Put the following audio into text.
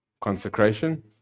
Consecration